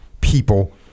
people